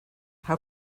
how